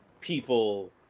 people